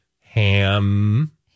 Ham